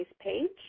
page